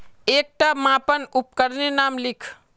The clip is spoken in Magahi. एकटा मापन उपकरनेर नाम लिख?